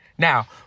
Now